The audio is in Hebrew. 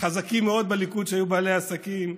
חזקים מאוד בליכוד, שהיו בעלי עסקים.